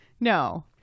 No